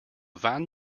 van